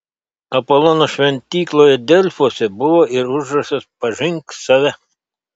apolono šventykloje delfuose buvo ir užrašas pažink save